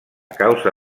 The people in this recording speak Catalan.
causa